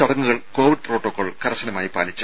ചടങ്ങുകൾ Covid protocol കർശനമായി പാലിച്ച്